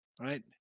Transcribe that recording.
right